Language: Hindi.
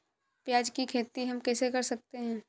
प्याज की खेती हम कैसे कर सकते हैं?